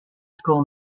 school